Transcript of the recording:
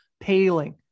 Paling